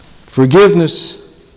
Forgiveness